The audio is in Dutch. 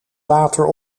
water